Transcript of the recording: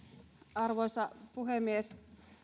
arvoisa puhemies